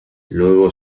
luego